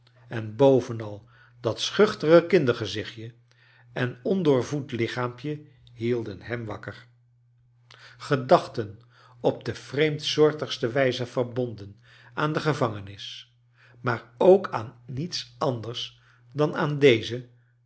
en b o venal dat schuchtere kindergezichtje en ondoorvoed lichaampje hielden hem wakker gedachten op de vreemdsoortigste wij ze verbonden aan de gevangenis maar ook aan niets anders dan aan deze